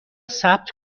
ثبت